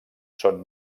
són